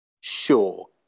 Sure